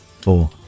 four